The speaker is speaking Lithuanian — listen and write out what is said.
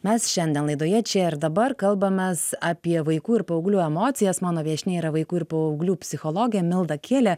mes šiandien laidoje čia ir dabar kalbamės apie vaikų ir paauglių emocijas mano viešnia yra vaikų ir paauglių psichologė milda kielė